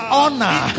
honor